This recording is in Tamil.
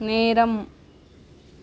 நேரம்